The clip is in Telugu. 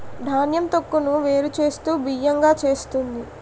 ధాన్యం తొక్కును వేరు చేస్తూ బియ్యం గా చేస్తుంది